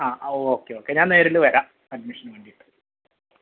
ആ okay okay ഞാൻ നേരില് വരാം അഡ്മിഷന് വേണ്ടിയിട്ട്